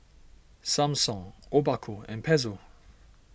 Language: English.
Samsung Obaku and Pezzo